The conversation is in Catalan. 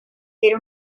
era